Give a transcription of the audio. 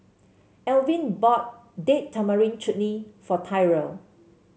Elvin bought Date Tamarind Chutney for Tyrel